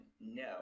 no